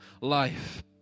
life